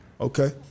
Okay